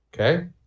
Okay